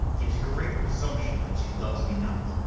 gives great presumption that she loves me not,